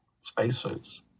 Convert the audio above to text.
spacesuits